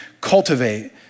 cultivate